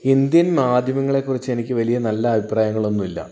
Indian മാധ്യമങ്ങളെക്കുറിച്ച് എനിക്ക് വലിയ നല്ല അഭിപ്രായങ്ങള് ഒന്നും ഇല്ല